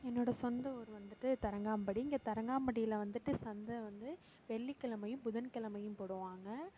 என்னோடய சொந்த ஊர் வந்துட்டு தரங்காம்படி இங்கே தரங்காம்படியில் வந்துட்டு சந்தை வந்து வெள்ளிக்கிழமையும் புதன்கிழமையும் போடுவாங்க